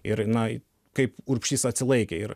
ir na kaip urbšys atsilaikė ir